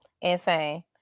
Insane